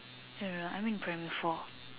no no no I'm in primary four